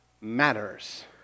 matters